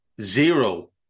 zero